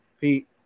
Pete